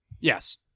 Yes